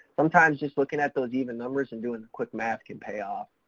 sometimes just looking at those even numbers and doing the quick math can pay off,